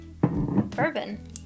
bourbon